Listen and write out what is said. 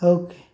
okay